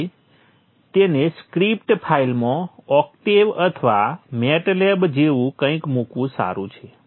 તેથી તેને સ્ક્રિપ્ટ ફાઇલમાં ઓક્ટેવ અથવા મેટલેબ જેવું કંઈક મૂકવું સારું છે